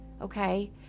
okay